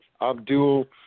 Abdul